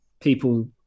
People